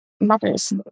mothers